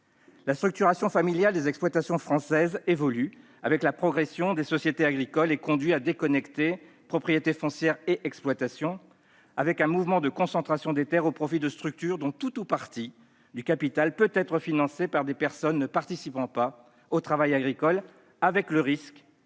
La structuration familiale des exploitations françaises évolue avec la progression des sociétés agricoles, ce qui conduit à déconnecter propriété foncière et exploitation. La tendance est à la concentration des terres au profit de structures dont tout ou partie du capital peut être financé par des personnes ne participant pas au travail agricole, le risque